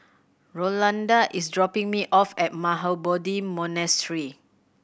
Rolanda is dropping me off at Mahabodhi Monastery